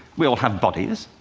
we all have bodies,